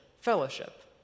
fellowship